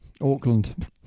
Auckland